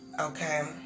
okay